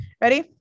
Ready